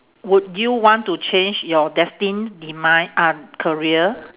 would you want to change your destined demi~ ah career